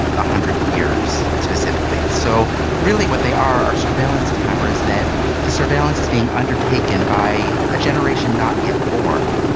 ah hundred years specifically. so really what they are are surveillance cameras that the surveillance is being undertaken by a generation not yet born.